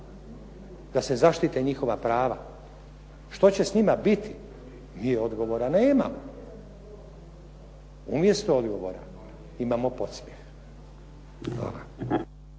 da se zaštite njihova prava. Što će s njima biti mi odgovora nemamo. Umjesto odgovora imamo podsmjeh.